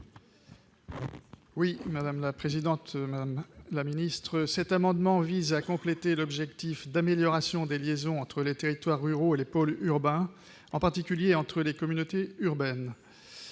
libellé : La parole est à M. Yves Bouloux. Cet amendement vise à compléter l'objectif d'amélioration des liaisons entre les territoires ruraux et les pôles urbains, en particulier les communautés urbaines.